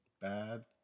bad